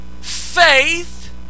Faith